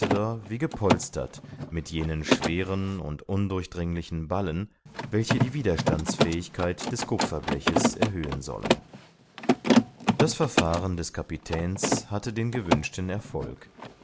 wie gepolstert mit jenen schweren und undurchdringlichen ballen welche die widerstandsfähigkeit des kupferbleches erhöhen sollen das verfahren des kapitäns hatte den gewünschten erfolg